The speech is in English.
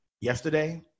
yesterday